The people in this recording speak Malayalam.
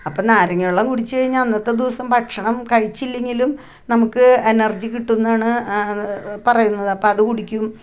അപ്പം നാരങ്ങ വെള്ളം കുടിച്ച് കഴിഞ്ഞാൽ അന്നത്തെ ദിവസം ഭക്ഷണം കഴിച്ചില്ലങ്കിലും നമുക്ക് എനർജി കിട്ടുമെന്നാണ് പറയുന്നത് അപ്പം അത് കുടിക്കും